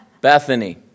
Bethany